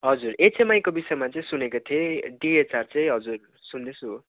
हजुर एचएमआईको विषयमा चाहिँ सुनेको थिएँ डिएचआर चाहिँ हजुर सुन्दैछु